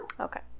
okay